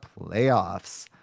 playoffs